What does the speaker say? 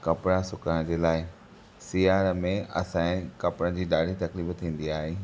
कपड़ा सुकण जे लाइ सियारे में असांजे कपड़नि जी ॾाढी तकलीफ़ थींदी आहे